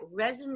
resonates